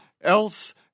else